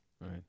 Right